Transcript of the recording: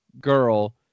girl